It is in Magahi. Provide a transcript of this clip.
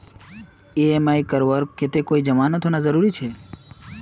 ई.एम.आई करवार केते कोई जमानत होना जरूरी छे?